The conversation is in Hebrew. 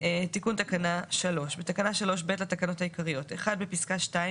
תיקון תקנה 3. בתקנה 3(ב) לתקנות העיקריות - בפסקה (2),